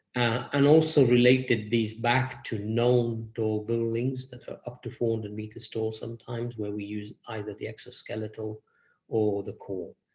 and also, related these back to known tall buildings that are up to four hundred and and meters tall sometimes, where we use either the exoskeletal or the core.